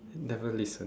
never listen